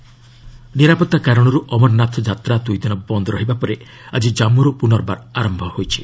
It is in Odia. ଅମରନାଥ ଯାତ୍ରା ନିରାପତ୍ତା କାରଣରୁ ଅମରନାଥ ଯାତ୍ରା ଦୁଇଦିନ ବନ୍ଦ ରହିବା ପରେ ଆଜି ଜାମ୍ପୁରୁ ପୁନର୍ବାର ଆରମ୍ଭ ହୋଇଛି